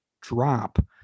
drop